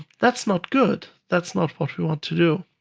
that's not good. that's not what we want to do.